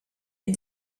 est